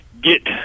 get